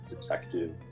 detective